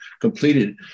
completed